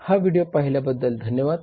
हा व्हिडिओ पाहिल्याबद्दल धन्यवाद